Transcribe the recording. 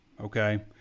okay